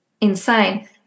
insane